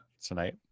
tonight